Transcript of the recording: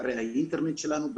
אתרי האינטרנט שלנו,